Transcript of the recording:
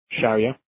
Sharia